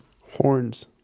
Horns